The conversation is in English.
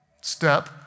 step